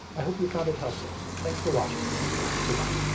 i hope you found it helpful. thanks for watching today goodbye.